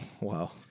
Wow